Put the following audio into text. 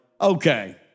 okay